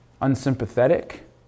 unsympathetic